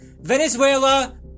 Venezuela